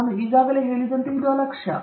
ನಾನು ಈಗಾಗಲೇ ಹೇಳಿದಂತೆ ಇದು ಅಲಕ್ಷ್ಯ